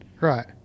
Right